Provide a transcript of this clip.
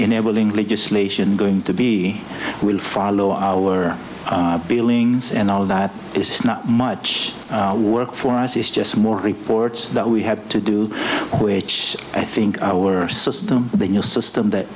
enabling legislation going to be will follow our billings and all that it's not much work for us is just more reports that we have to do which i think our system the new system that